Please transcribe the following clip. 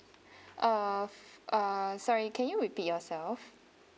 ah ah sorry can you repeat yourself